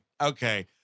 okay